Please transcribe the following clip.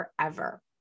forever